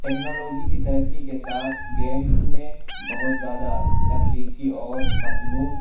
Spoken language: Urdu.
ٹیکنالوجی کی ترقّی کے ساتھ گیمس میں بہت زیادہ تخلیقی اور متنوع